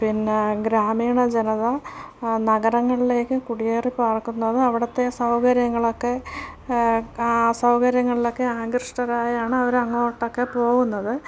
പിന്നെ ഗ്രാമീണ ജനത നഗരങ്ങളിലേക്ക് കുടിയേറി പാർക്കുന്നതു അവിടുത്തെ സൗകര്യങ്ങളൊക്കെ സൗകര്യങ്ങളിലൊക്കെ ആകൃഷ്ടരായാണ് അവരങ്ങോട്ടൊക്കെ പോകുന്നത്